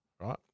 right